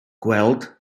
gweld